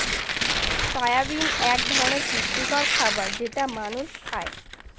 soybean এক ধরনের পুষ্টিকর খাবার যেটা মানুষ খায়